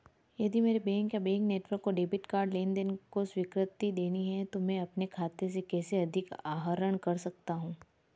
यदि मेरे बैंक या बैंक नेटवर्क को डेबिट कार्ड लेनदेन को स्वीकृति देनी है तो मैं अपने खाते से कैसे अधिक आहरण कर सकता हूँ?